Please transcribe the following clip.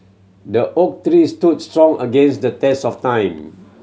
the oak tree stood strong against the test of time